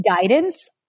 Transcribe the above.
guidance